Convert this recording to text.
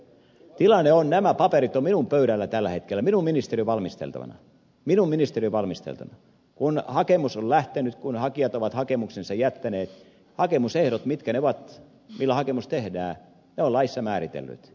tilanne on se että nämä paperit ovat minun pöydälläni tällä hetkellä minun ministeriöni valmisteltavana ja kun hakemus on lähtenyt kun hakijat ovat hakemuksensa jättäneet hakemusehdot mitkä ne ovat millä hakemus tehdään ne ovat laissa määritellyt